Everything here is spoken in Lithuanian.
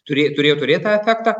turė turėjo turėt tą efektą